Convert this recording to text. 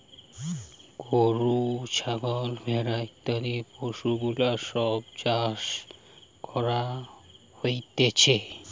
গরু, ছাগল, ভেড়া ইত্যাদি পশুগুলার সব চাষ করা হতিছে